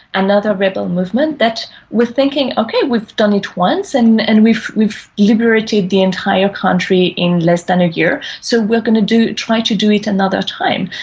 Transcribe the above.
another rebel movement that were thinking, ok, we've done it once and and we've we've liberated the entire country in less than a year, so we're going to try to do it another time.